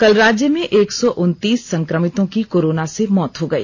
कल राज्य में एक सौ उनतीस संक्रमितों की कोरोना से मौत हो गई